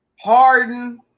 Harden